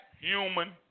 human